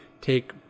take